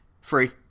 Free